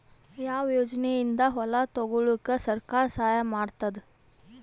ಯಾವ ಯೋಜನೆಯಿಂದ ಹೊಲ ತೊಗೊಲುಕ ಸರ್ಕಾರ ಸಹಾಯ ಮಾಡತಾದ?